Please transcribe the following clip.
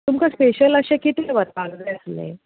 तुमकां स्पेशियल अशें कितें व्हरपाक जाय आसलें